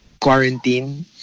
quarantine